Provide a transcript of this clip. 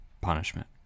punishment